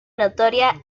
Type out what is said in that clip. notoria